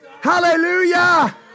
Hallelujah